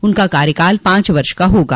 उनका कार्यकाल पांच वर्ष का होगा